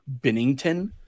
Binnington